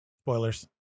Spoilers